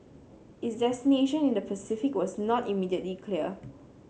its destination in the Pacific was not immediately clear